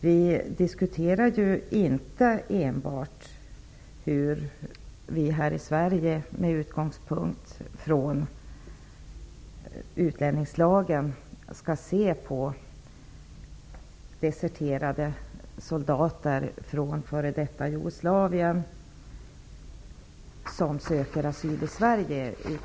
Vi diskuterar ju inte enbart hur vi i Sverige med utgångspunkt från Utlänningslagen skall se på deserterade soldater från f.d. Jugoslavien som söker asyl i Sverige.